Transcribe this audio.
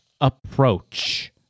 approach